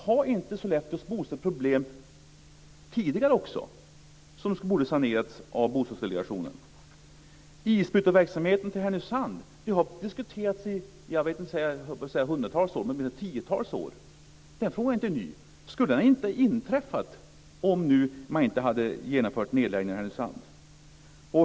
Hade inte Sollefteå bostadsproblem tidigare också som borde ha sanerats av Att flytta isbrytarverksamheten till Härnösand har diskuterats i tiotals år, så den frågan är inte ny. Skulle det inte ha inträffat om man inte hade genomfört nedläggningen i Härnösand?